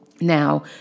Now